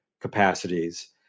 capacities